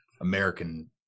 American